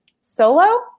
solo